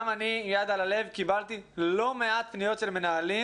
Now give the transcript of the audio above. גם אני עם יד על הלב קיבלתי לא מעט פניות של מנהלים